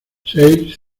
seis